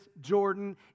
Jordan